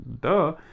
duh